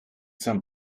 some